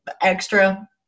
extra